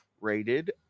rated